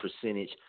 percentage